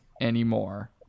anymore